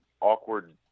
awkward